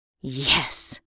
Yes